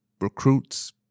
recruits